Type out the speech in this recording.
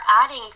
adding